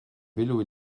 vélo